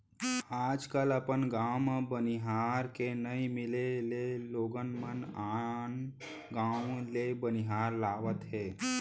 आज कल अपन गॉंव म बनिहार के नइ मिले ले लोगन मन आन गॉंव ले बनिहार लावत हें